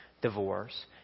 divorce